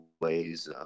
ways